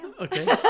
Okay